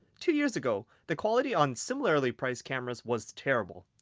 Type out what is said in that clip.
two years ago the quality on similarly priced cameras was terrible.